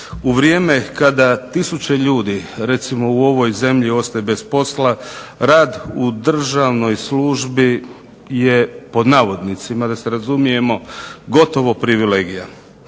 U vrijeme kada tisuće ljudi recimo u ovoj zemlji ostaje bez posla, rad u državnoj službi je "gotovo privilegija".